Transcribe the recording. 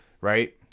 right